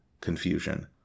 confusion